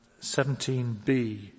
17b